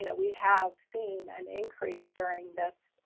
you know we have seen an increase during this